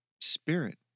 spirit